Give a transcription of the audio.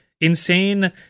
insane